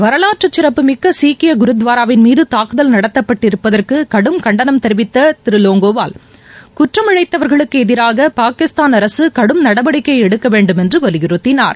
வரலாற்று சிறப்புமிக்க சீக்கிய குருத்வாராவின் மீது தூக்குதல் நடத்தப்பட்டதற்கு கடும் கண்டனம் தெரிவித்த திரு லோங்கோவால் குற்றம் இழழத்தவர்களுக்கு எதிராக பாகிஸ்தாள் அரசு கடும் நடவடிக்கை எடுக்கவேண்டும் என்று வலியுறுத்தினார்